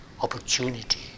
opportunity